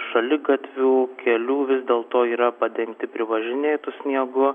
šaligatvių kelių vis dėlto yra padengti privažinėtu sniegu